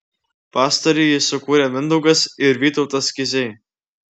pastarąjį sukūrė mindaugas ir vytautas kiziai